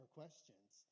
questions